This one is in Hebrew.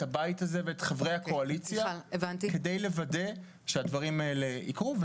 הבית הזה ואת חברי הקואליציה כדי לוודא שהדברים האלה יקרו.